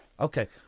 Okay